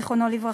זיכרונו לברכה,